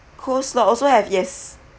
coleslaw also have yes